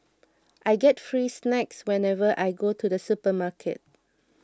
I get free snacks whenever I go to the supermarket